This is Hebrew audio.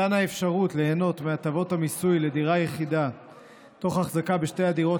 האפשרות ליהנות מהטבות המיסוי לדירה יחידה תוך החזקה בשתי הדירות